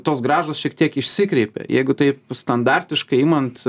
tos grąžos šiek tiek išsikreipia jeigu taip standartiškai imant